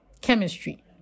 chemistry